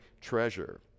treasure